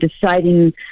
deciding